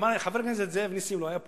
חבר הכנסת זאב נסים לא היה פה.